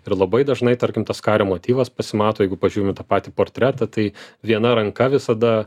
ir labai dažnai tarkim tas kario motyvas pasimato jeigu pažiūrim į tą patį portretą tai viena ranka visada